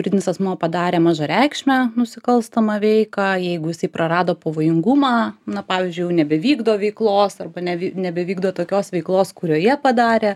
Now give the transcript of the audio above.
juridinis asmuo padarė mažareikšmę nusikalstamą veiką jeigu jisai prarado pavojingumą na pavyzdžiui jau nebevykdo veiklos arba ne nebevykdo tokios veiklos kurioje padarė